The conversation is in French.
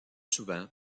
souvent